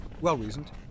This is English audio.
Well-reasoned